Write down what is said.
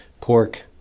pork